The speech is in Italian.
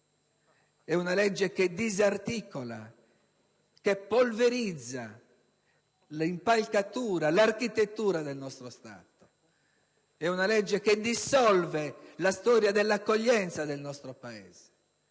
È una legge che disarticola, che polverizza l'impalcatura e l'architettura del nostro Stato. È una legge che dissolve la storia dell'accoglienza del nostro Paese.